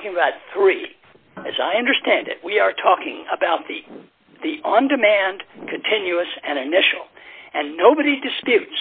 talking about three as i understand it we are talking about the on demand continuous and initial and nobody disputes